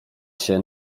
się